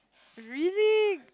really